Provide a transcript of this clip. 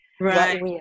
Right